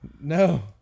No